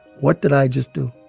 what did i just do?